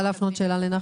רצית לשאול שאלה?